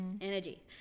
energy